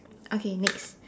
okay next